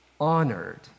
honored